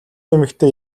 эмэгтэй